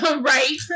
Right